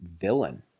villain